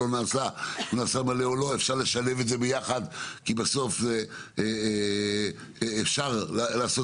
אפשר לשלב את זה בתוך זה ואפשר לעשות